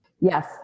Yes